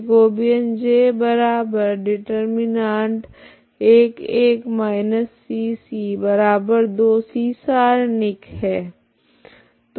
Jacobian सारणिक है